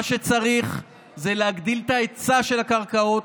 מה שצריך זה להגדיל את ההיצע של הקרקעות,